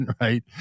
right